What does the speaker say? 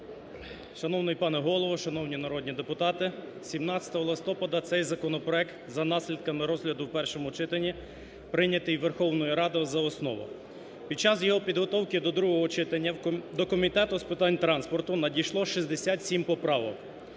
Шановний пане Голово! Шановні народні депутати! 17 листопада цей законопроект за наслідками розгляду в першому читанні прийнятий Верховною Радою за основу. Під час його підготовки до другого читання до Комітету з питань транспорту надійшло 67 поправок